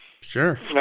Sure